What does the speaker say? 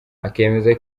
akemeza